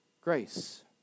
Grace